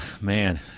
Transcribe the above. man